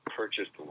purchased